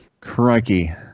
Crikey